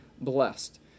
blessed